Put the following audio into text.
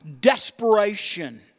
desperation